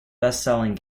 bestselling